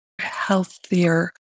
healthier